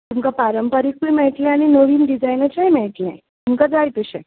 तुमकां पारंपारिकूय मेळट्लें आनी नवीन डिजायनाचेंय मेळट्लें तुमकां जाय तशें